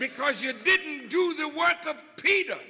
because you didn't do the work of peter